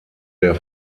der